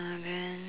uh then